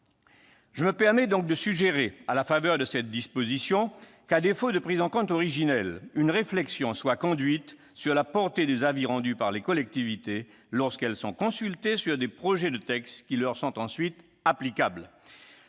Je me permets donc de suggérer, à la faveur de cette disposition, que, à défaut de prise en compte originelle de ce problème, une réflexion soit conduite sur la portée des avis rendus par les collectivités lorsque celles-ci sont consultées sur les projets de textes qui leur sont ensuite applicables.